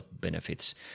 benefits